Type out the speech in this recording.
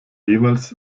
jeweils